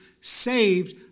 saved